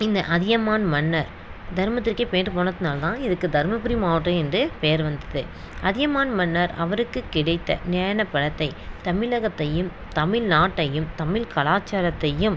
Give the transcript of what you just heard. இந்த அதியமான் மன்னர் தர்மத்திற்கே பெயர் போனதுனால் தான் இதுக்குது தருமபுரி மாவட்டம் என்று பெயர் வந்தது அதியமான் மன்னர் அவருக்குக் கிடைத்த ஞானப்பலத்தை தமிழகத்தையும் தமிழ்நாட்டையும் தமிழ் கலாச்சாரத்தையும்